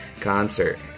concert